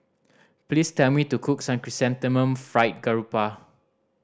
please tell me to cook Chrysanthemum Fried Garoupa